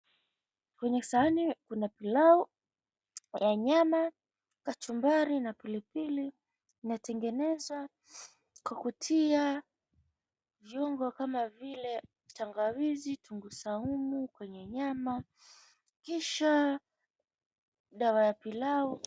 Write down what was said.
Kwenye sahani kuna pilau ya nyama, kachumbari na pilipili imetengenezwa kwa kutia viungo kama vile; tangawizi, kitunguu saumu kwenye nyama kisha dawa ya pilau.